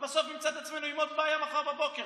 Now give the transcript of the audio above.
ובסוף נמצא את עצמנו עם עוד בעיה מחר בבוקר.